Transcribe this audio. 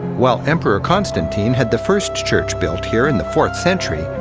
while emperor constantine had the first church built here in the fourth century,